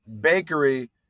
bakery